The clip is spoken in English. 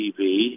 tv